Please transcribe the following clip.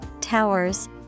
towers